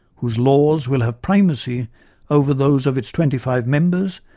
whose laws will have primacy over those of its twenty five members,